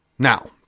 Now